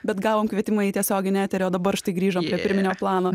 bet gavom kvietimą į tiesioginį eterį o dabar štai grįžom prie pirminio plano